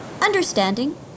understanding